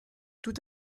tout